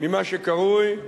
ממה שקרוי,